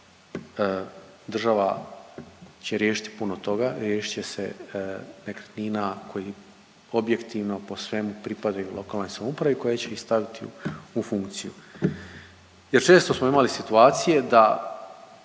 država će riješiti puno toga, riješit će se nekretnina koje objektivno po svemu pripadaju lokalnoj samoupravi koja će ih staviti u funkciju. Jer često smo imali situacije da